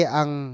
ang